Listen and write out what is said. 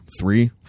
three